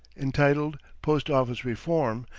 entitled post-office reforms,